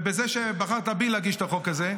ועל זה שבחרת בי להגיש את החוק הזה,